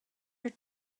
your